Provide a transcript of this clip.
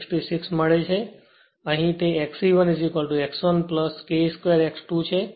66 મળે છે અને અહીં તે Xe 1 X 1 k 2 X2 છે